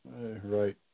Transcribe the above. right